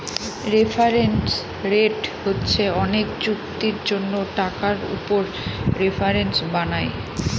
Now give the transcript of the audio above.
reference rate হচ্ছে অনেক চুক্তির জন্য টাকার উপর রেফারেন্স বানায়